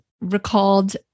recalled